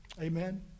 Amen